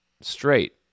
straight